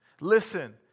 Listen